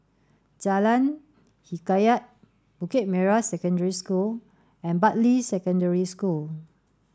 Jalan Hikayat Bukit Merah Secondary School and Bartley Secondary School